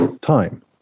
time